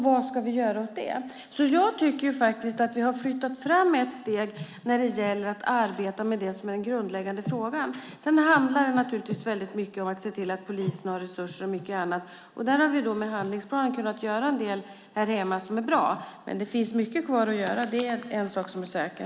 Vad ska vi göra åt det? Jag tycker faktiskt att vi har flyttat fram ett steg när det gäller att arbeta med det som är den grundläggande frågan. Sedan handlar det naturligtvis väldigt mycket om att se till att polisen har resurser och mycket annat. Där har vi med handlingsplanen kunnat göra en del här hemma som är bra. Men det finns mycket kvar att göra. Det är en sak som är säker.